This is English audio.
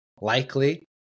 likely